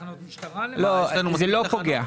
זה לא פוגע.